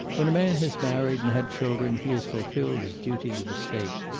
when a man has married, and had children, he has fulfilled his duty to the state.